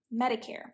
Medicare